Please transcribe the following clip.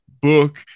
book